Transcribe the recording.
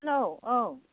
hello औ